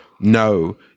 no